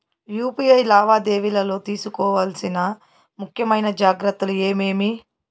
UPI లావాదేవీలలో తీసుకోవాల్సిన ముఖ్యమైన జాగ్రత్తలు ఏమేమీ?